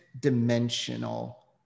dimensional